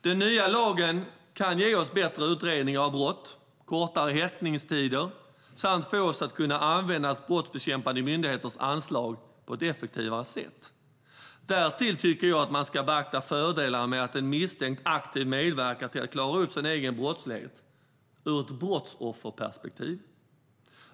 Den nya lagen kan ge oss bättre utredningar av brott, kortare häktningstider samt få oss att kunna använda brottsbekämpande myndigheters anslag på ett effektivare sätt. Därtill tycker jag att man ska beakta fördelarna med att en misstänkt aktivt medverkar till att klara upp sin egen brottslighet ur ett brottsofferperspektiv.